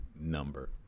number